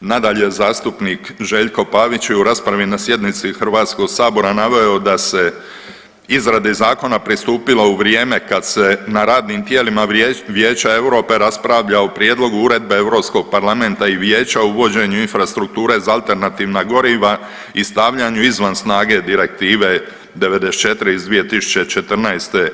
Nadalje, zastupnik Željko Pavić je u raspravi na sjednici HS-a naveo da se izradi zakona pristupilo u vrijeme kad se na radnim tijelima Vijeća EU raspravlja o prijedlogu Uredbe EU Parlamenta i Vijeća o uvođenju infrastrukture za alternativna goriva i stavljanju izvan snage Direktive 94 iz 2014.